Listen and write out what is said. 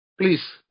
Please